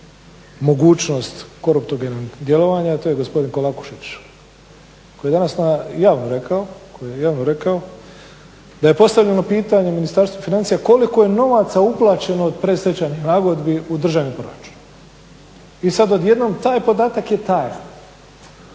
mogućnost koruptivnog djelovanja, to je gospodin Kolakušić koji je danas javno rekao da je postavljeno pitanje Ministarstvu financija koliko novaca uplaćeno od predstečajnih nagodbi u Državni proračun i sad odjednom taj podatak je tajan.